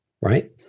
right